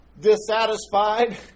dissatisfied